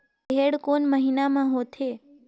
रेहेण कोन महीना म होथे?